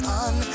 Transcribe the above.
on